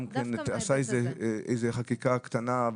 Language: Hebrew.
גם כן עשה איזו חקיקה קטנה,